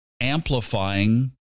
amplifying